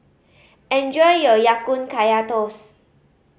enjoy your Ya Kun Kaya Toast